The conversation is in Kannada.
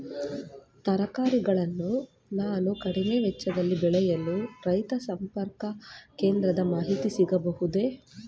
ತರಕಾರಿಗಳನ್ನು ನಾನು ಕಡಿಮೆ ವೆಚ್ಚದಲ್ಲಿ ಬೆಳೆಯಲು ರೈತ ಸಂಪರ್ಕ ಕೇಂದ್ರದ ಮಾಹಿತಿ ಸಿಗಬಹುದೇ?